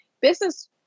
business